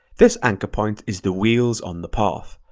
this anchor point is the wheels on the path.